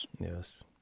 Yes